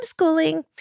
homeschooling